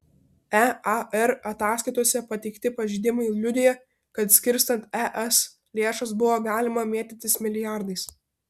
ear ataskaitose pateikti pažeidimai liudija kad skirstant es lėšas buvo galima mėtytis milijardais